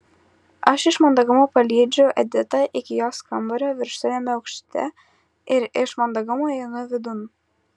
aš iš mandagumo palydžiu editą iki jos kambario viršutiniame aukšte ir iš mandagumo įeinu vidun